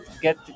get